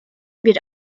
bir